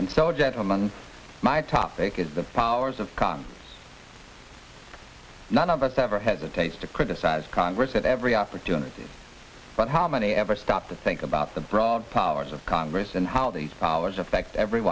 and so gentlemen my topic is the powers of karma none of us ever had the days to criticize congress at every opportunity but how many ever stop to think about the broad powers of congress and how these powers affect every